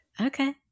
Okay